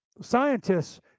scientists